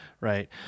right